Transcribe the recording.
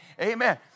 Amen